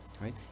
right